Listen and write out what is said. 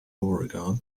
western